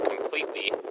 completely